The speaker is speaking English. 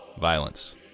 Violence